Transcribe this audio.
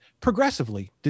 Progressively